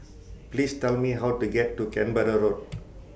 Please Tell Me How to get to Canberra Road